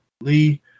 Lee